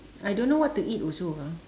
I don't know what to eat also ah